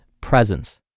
presence